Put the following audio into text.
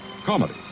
Comedy